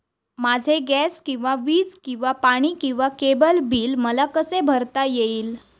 माझे गॅस किंवा वीज किंवा पाणी किंवा केबल बिल मला कसे भरता येईल?